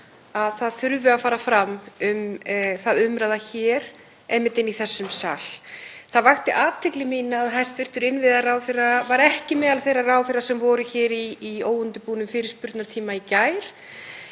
að það þurfi að fara fram um það umræða einmitt í þessum sal. Það vakti athygli mína að hæstv. innviðaráðherra var ekki meðal þeirra ráðherra sem voru hér í óundirbúnum fyrirspurnatíma í gær.